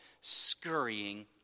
scurrying